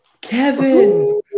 Kevin